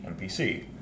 NPC